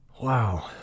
Wow